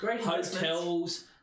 hotels